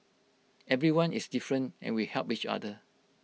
everyone is different and we help each other